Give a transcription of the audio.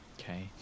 Okay